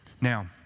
Now